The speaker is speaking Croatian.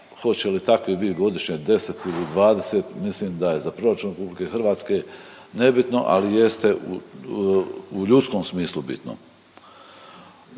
hoće li takvih biti godišnje 10 ili 20, mislim da je za proračun RH nebitno, ali jeste u ljudskom smislu bitno.